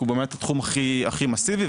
כי הוא באמת התחום הכי מאסיבי,